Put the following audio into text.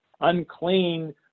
Unclean